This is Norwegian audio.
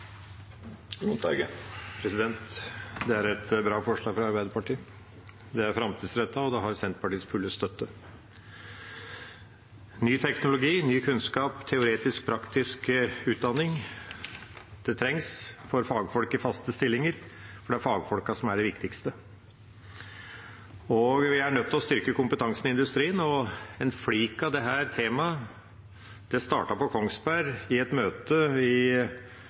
Det er et bra forslag fra Arbeiderpartiet. Det er framtidsrettet, og det har Senterpartiets fulle støtte. Ny teknologi, ny kunnskap og teoretisk-praktisk utdanning trengs for fagfolk i faste stillinger, for det er fagfolkene som er det viktigste. Vi er nødt til å styrke kompetansen i industrien. En flik av dette temaet startet i et møte på Kongsberg etter at pandemien kom i